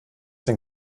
den